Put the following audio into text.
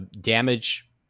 damage